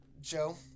Joe